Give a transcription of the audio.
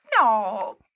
no